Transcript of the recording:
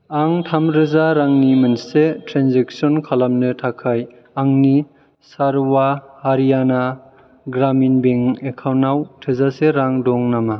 आं थाम रोजा रांनि मोनसे ट्रेनजेक्सन खालामनो थाखाय आंनि सारवा हारियाना ग्रामिन बेंक एकाउन्टाव थोजासे रां दं नामा